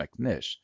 McNish